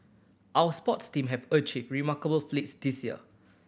our sports team have achieved remarkable feats this year